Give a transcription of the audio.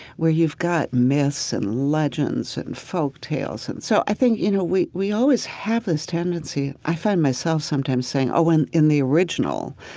where you've got myths and legends and folktales. and so i think, you know, we we always have this tendency. i find myself sometimes saying, oh in in the original.